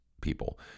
people –